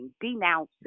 denouncing